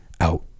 out